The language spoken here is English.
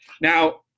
Now